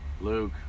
Luke